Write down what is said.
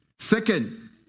Second